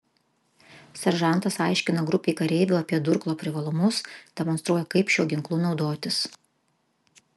seržantas aiškina grupei kareivių apie durklo privalumus demonstruoja kaip šiuo ginklu naudotis